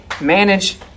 manage